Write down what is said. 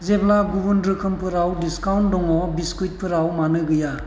जेब्ला गुबुन रोखोमफोराव डिसकाउन्ट दङ बिस्कुतफोराव मानो गैया